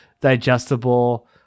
digestible